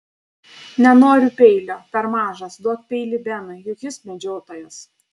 nenoriu peilio per mažas duok peilį benui juk jis medžiotojas